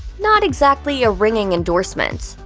not exactly a ringing endorsement.